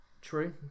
True